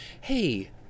hey